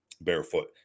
barefoot